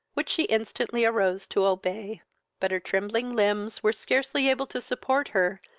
which she instantly arose to obey but her trembling limbs were scarcely able to support her,